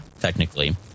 technically